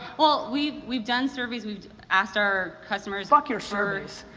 well, we've we've done surveys, we've asked our customers fuck your surveys.